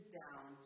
down